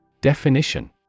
Definition